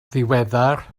ddiweddar